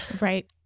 Right